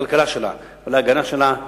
לכלכלה שלה ולהגנה שלה,